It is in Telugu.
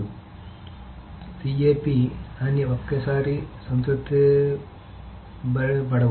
కాబట్టి C A P అన్నీ ఒకేసారి సంతృప్తిపరచ బడవు